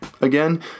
Again